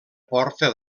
porta